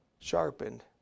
sharpened